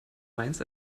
mainz